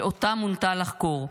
שאותה מונתה לחקור,